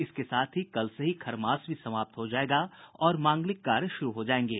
इसके साथ ही कल से ही खरमास भी समाप्त हो जायेगा और मांगलिक कार्य शुरू हो जायेंगे